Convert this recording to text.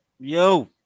Yo